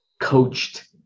coached